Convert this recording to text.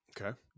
Okay